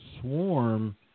swarm